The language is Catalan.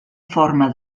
forma